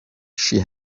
she